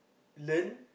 learn